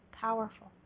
powerful